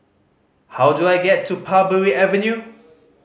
how do I get to Parbury Avenue